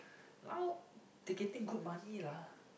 now ticketing good money lah